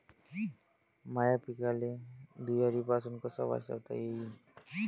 माह्या पिकाले धुयारीपासुन कस वाचवता येईन?